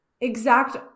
exact